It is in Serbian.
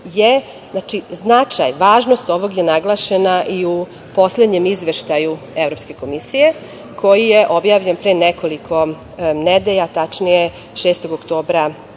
značaj, važnost ovog je naglašena i u poslednjem izveštaju Evropske komisije, koji je objavljen pre nekoliko nedelja, tačnije 6. oktobra